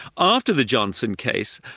after the johnson case,